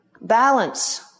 Balance